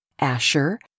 Asher